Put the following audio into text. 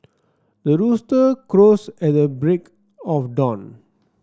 the rooster crows at the break of dawn